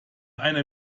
einer